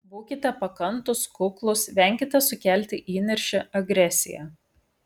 būkite pakantūs kuklūs venkite sukelti įniršį agresiją